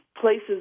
places